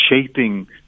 shaping